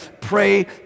pray